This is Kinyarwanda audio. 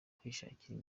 kwishakira